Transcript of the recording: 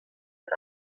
and